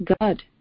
God